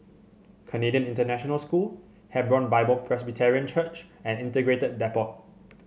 Canadian International School Hebron Bible Presbyterian Church and Integrated Depot